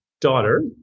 daughter